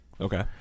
Okay